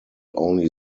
only